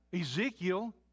Ezekiel